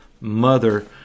mother